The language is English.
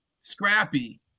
Scrappy